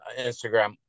Instagram